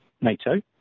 NATO